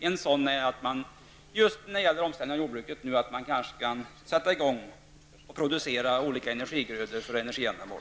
En sådan insats är att man just i samband med omställningen av jordbruket kanske kan börja producera olika energigrödor för energiändamål.